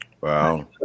Wow